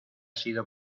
sido